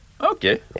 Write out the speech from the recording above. Okay